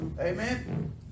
Amen